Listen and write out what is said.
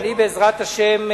בעזרת השם,